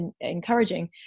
encouraging